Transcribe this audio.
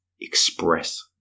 express